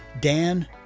Dan